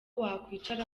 wakwicara